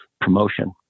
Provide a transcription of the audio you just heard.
promotion